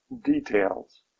details